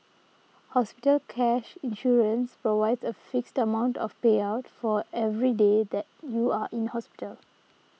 hospital cash insurance provides a fixed amount of payout for every day that you are in hospital